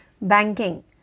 Banking